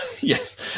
yes